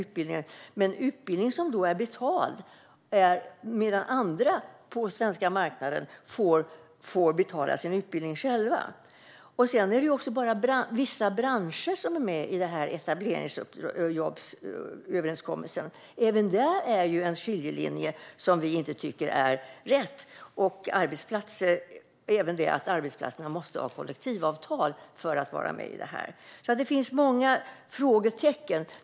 Utbildningen ska alltså vara betald, medan andra på den svenska arbetsmarknaden får betala sin utbildning själva. Det är dessutom bara vissa branscher som är med i överenskommelsen om etableringsjobb. Även där finns en skiljelinje som vi inte tycker är rätt. Det gäller även detta att arbetsplatser måste ha kollektivavtal för att vara med. Det finns alltså många frågetecken.